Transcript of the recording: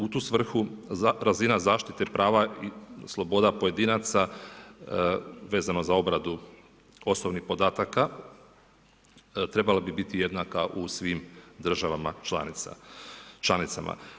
U tu svrhu razina zaštite prava i sloboda pojedinaca, vezano za obradu osobnih podataka trebala bi biti jednaka u svim državama članicama.